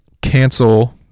cancel